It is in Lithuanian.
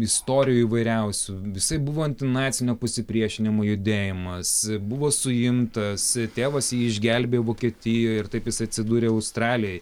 istorijų įvairiausių visai buvo antinacinio pasipriešinimo judėjimas buvo suimtas tėvas jį išgelbėjo vokietijoj ir taip jis atsidūrė australijoj